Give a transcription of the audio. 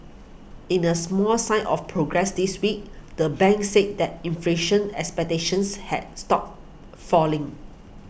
in a small sign of progress this week the bank said that inflation expectations had stopped falling